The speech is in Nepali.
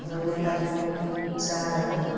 हाम्रो नेपालीको चाड हो